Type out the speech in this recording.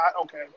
Okay